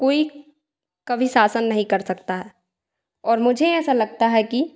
कोई कभी शासन नहीं कर सकता है और मुझे ऐसा लगता है कि